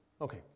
Okay